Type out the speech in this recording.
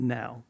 now